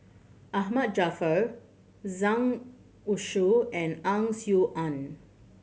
Ahmad Jaafar Zhang Youshuo and Ang Swee Aun